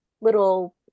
little